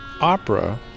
opera